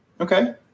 Okay